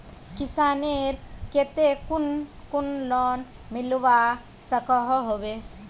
किसानेर केते कुन कुन लोन मिलवा सकोहो होबे?